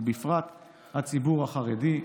ובפרט הציבור החרדי,